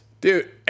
dude